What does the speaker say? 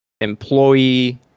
employee